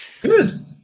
Good